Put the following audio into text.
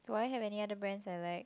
do I have any other brands I like